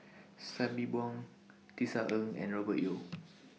Sabri Buang Tisa Ng and Robert Yeo